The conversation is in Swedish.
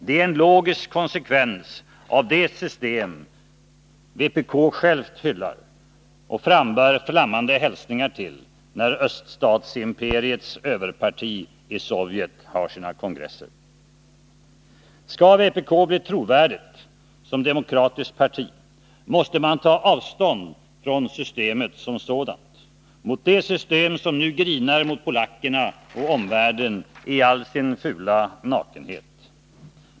Det är en logisk konsekvens av det system vpk självt hyllar och frambär flammande hälsningar till när öststatsimperiets överparti i Sovjet har sina kongresser. Skall vpk bli trovärdigt som demokratiskt parti, måste det ta avstånd från systemet som sådant, från det system som nu grinar mot polackerna och omvärlden i all sin fula nakenhet.